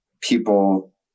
people